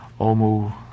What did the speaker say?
Omu